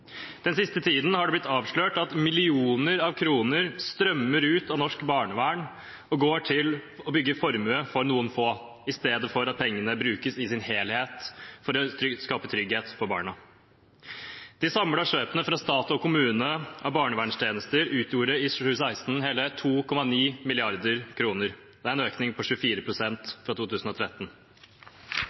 Den siste tiden er det blitt avslørt at millioner av kroner strømmer ut av norsk barnevern og går til å bygge formue for noen få, i stedet for at pengene i sin helhet brukes til å skape trygghet for barna. De samlede kjøpene fra stat og kommune av barnevernstjenester utgjorde i 2016 hele 2,9 mrd. kr. Det er en økning på 24 pst. fra 2013.